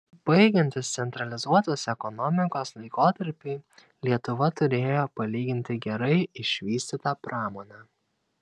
baigiantis centralizuotos ekonomikos laikotarpiui lietuva turėjo palyginti gerai išvystytą pramonę